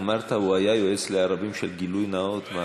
אמרת שהוא היה יועץ לערבים של גילוי נאות?